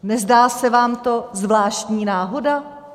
Nezdá se vám to zvláštní náhoda?